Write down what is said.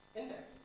index